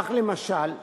כך, למשל,